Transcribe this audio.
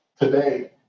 today